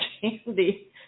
candy